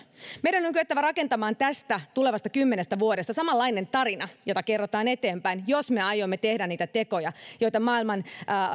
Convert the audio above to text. meidän on kyettävä rakentamaan tästä tulevasta kymmenestä vuodesta samanlainen tarina jota kerrotaan eteenpäin jos me aiomme tehdä niitä tekoja joita